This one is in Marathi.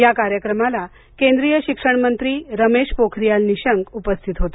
या कार्यक्रमाला केंद्रीय शिक्षण मंत्री रमेश पोखरीयाल निशंक उपस्थित होते